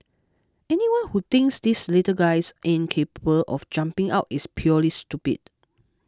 anyone who thinks these little guys aren't capable of jumping out is purely stupid